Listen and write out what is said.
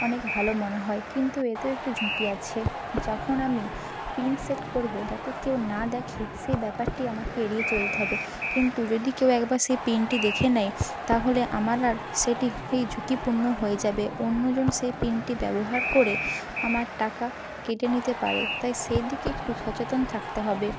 অনেক ভালো মনে হয় কিন্তু এতেও একটু ঝুঁকি আছে যখন আমি পিন সেট করবো যাতে কেউ না দেখে সেই ব্যাপারটি আমাকে এড়িয়ে চলতে হবে কিন্তু যদি কেউ একবার সেই পিনটি দেখে নেয় তাহলে আমার আর সেটি ঝুঁকিপূর্ণ হয়ে যাবে অন্যজন সেই পিনটি ব্যবহার করে আমার টাকা কেটে নিতে পারে তাই সেইদিকে একটু সচেতন থাকতে হবে